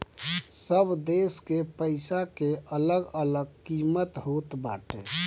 सब देस के पईसा के अलग अलग किमत होत बाटे